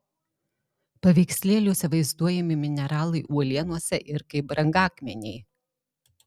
paveikslėliuose vaizduojami mineralai uolienose ir kaip brangakmeniai